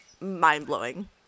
mind-blowing